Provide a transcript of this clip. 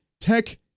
tech